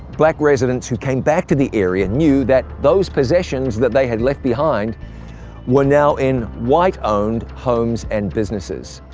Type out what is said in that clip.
black residents who came back to the area knew that those possessions that they had left behind were now in white-owned homes and businesses.